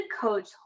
coach